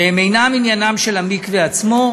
שאינם עניינו של המקווה עצמו,